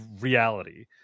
reality